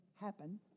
happen